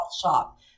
shop